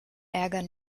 ärger